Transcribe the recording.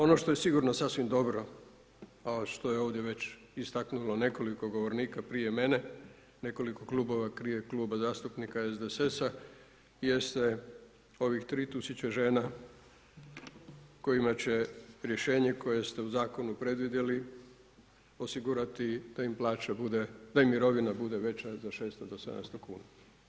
Ono što je sigurno sasvim dobro, a što je ovdje već istaknulo nekoliko govornika prije mene, nekoliko Klubova prije Kluba zastupnika SDSS-a, jeste ovih 3 tisuće žena kojima će rješenje koje ste u zakonu predvidjeli osigurati da im plaća bude, da im mirovina bude veća za 600 do 700 kuna.